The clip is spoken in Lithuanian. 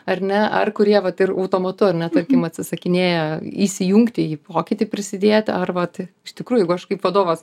ar ne ar kurie vat ir automatu ar ne tarkim atsisakinėja įsijungti į pokytį prisidėt ar vat iš tikrųjų jeigu aš kaip vadovas